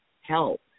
help